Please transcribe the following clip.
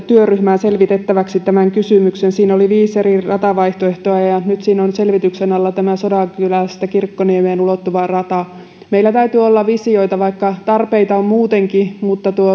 työryhmän selvitettäväksi tämän kysymyksen siinä oli viisi eri ratavaihtoehtoa ja nyt on selvityksen alla sodankylästä kirkkoniemeen ulottuva rata meillä täytyy olla visioita vaikka tarpeita on muutenkin mutta